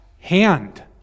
hand